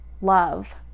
love